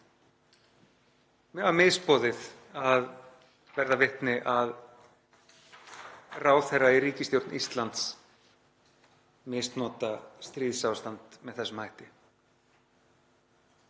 Mér var misboðið að verða vitni að ráðherra í ríkisstjórn Íslands misnota stríðsástand með þessum hætti.